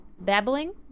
babbling